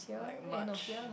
like March